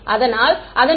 அதனால் அதன் பிறகு μ r 1